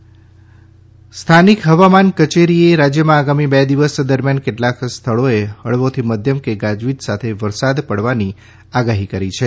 હવામાન ગુજરાત સ્થાનિક હવામાન કચેરીએ રાજયમાં આગામી બે દિવસ દરમિયાન કેટલાક સ્થળોએ હળવાથી મધ્યમ કે ગાજવીજ સાથે વરસાદ પડવાની આગાહી કરી છે